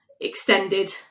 extended